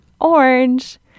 orange